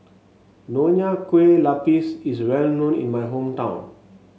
Nonya Kueh Lapis is well known in my hometown